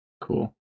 Cool